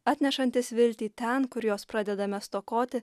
atnešantis viltį ten kur jos pradedame stokoti